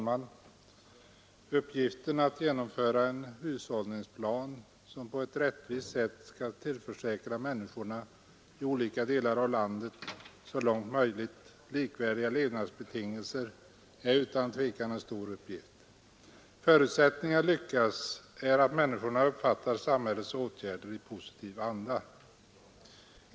Herr talman! Att genomföra en hushållningsplan, som på ett rättvist sätt skall tillförsäkra människorna i olika delar av landet så långt möjligt likvärdiga levnadsbetingelser, är utan tvivel en stor uppgift. Förutsättningen för att man skall lyckas härmed är att människorna uppfattar samhällets åtgärder i positiv anda.